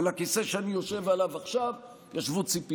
על הכיסא שאני יושב עליו עכשיו ישבו ציפי